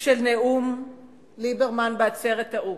של נאום ליברמן בעצרת האו"ם.